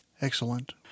Excellent